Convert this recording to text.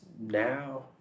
now